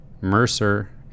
Mercer